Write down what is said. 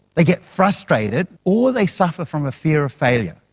they get frustrated, or they suffer from a fear of failure.